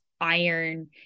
iron